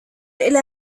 إلى